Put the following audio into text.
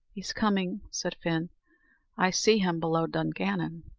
he's coming, said fin i see him below dungannon.